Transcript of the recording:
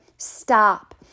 stop